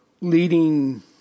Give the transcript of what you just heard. leading